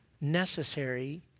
necessary